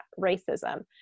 racism